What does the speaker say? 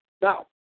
Now